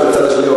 של הצד השני,